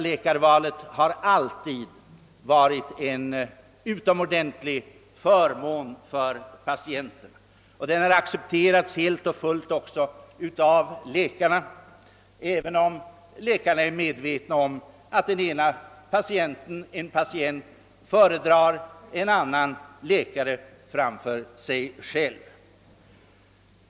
Detta har alltid varit en utomordentlig förmån för patienterna och har också helt och fullt accepterats av läkarna, även om de är medvetna om att en patient kan föredra en annan läkare än dem själva.